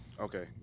Okay